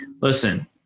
listen